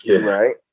Right